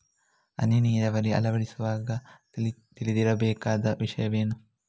ಹನಿ ನೀರಾವರಿ ಅಳವಡಿಸುವಾಗ ತಿಳಿದಿರಬೇಕಾದ ವಿಷಯವೇನು?